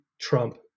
Trump